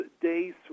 days